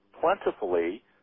plentifully